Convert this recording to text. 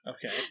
Okay